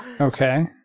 Okay